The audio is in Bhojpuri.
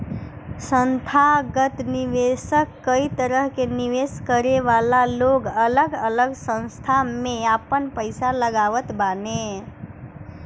संथागत निवेशक कई तरह के निवेश करे वाला लोग अलग अलग संस्था में आपन पईसा लगावत बाने